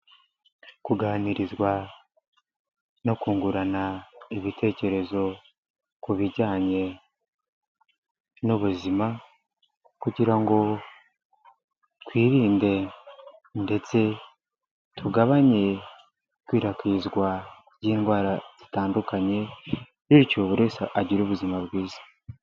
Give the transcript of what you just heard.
Kuganirizwa no kungurana ibitekerezo ku bijyanye n'ubuzima, kugira ngo twirinde ndetse tugabanye ikwirakwizwa ry'indwara zitandukanye, bityo buri wese agira ubuzima bwiza.